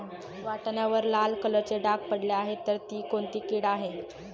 वाटाण्यावर लाल कलरचे डाग पडले आहे तर ती कोणती कीड आहे?